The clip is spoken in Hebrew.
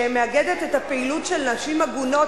שמאגדת את הפעילות של נשים עגונות,